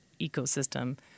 ecosystem